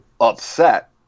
upset